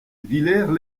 villers